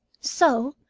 so,